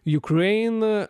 juk nueina